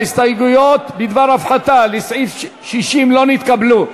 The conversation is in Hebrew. ההסתייגויות בדבר הפחתה לסעיף 60 לא נתקבלו.